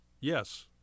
Yes